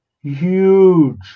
huge